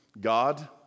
God